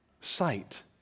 sight